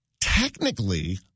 technically